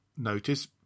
notice